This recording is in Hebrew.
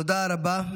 תודה רבה.